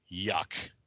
yuck